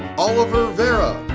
oliver varah,